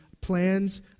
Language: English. plans